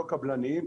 לא קבלניים,